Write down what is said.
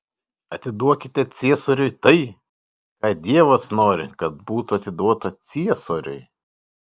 atiduokite ciesoriui tai ką dievas nori kad būtų atiduota ciesoriui